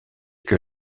que